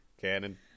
Cannon